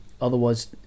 otherwise